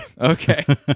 okay